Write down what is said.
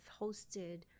hosted